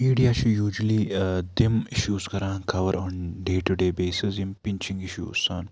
media چھِ usually تِم issues کَران cover on day to day basis یِم پِنٛچِنٛگ اِشوٗز چھِ آسان